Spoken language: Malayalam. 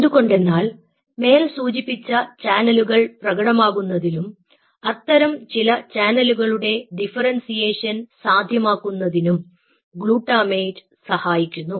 എന്തുകൊണ്ടെന്നാൽ മേൽസൂചിപ്പിച്ച ചാനലുകൾ പ്രകടമാകുന്നതിലും അത്തരം ചില ചാനലുകളുടെ ഡിഫറെൻസിയേഷൻ സാധ്യമാക്കുന്നതിനും ഗ്ലൂട്ടാമേറ്റ് സഹായിക്കുന്നു